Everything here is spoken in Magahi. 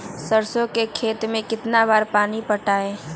सरसों के खेत मे कितना बार पानी पटाये?